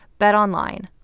BetOnline